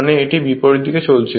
মানে এটি বিপরীত দিকে চলছে